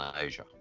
Asia